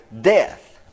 death